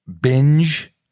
binge